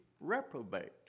reprobate